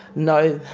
no,